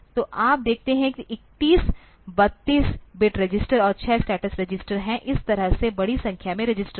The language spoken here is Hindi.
तो आप देखते हैं कि 31 32 बिट रजिस्टर और 6 स्टेटस रजिस्टर हैं इस तरह से बड़ी संख्या में रजिस्टर हैं